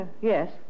Yes